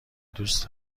دوست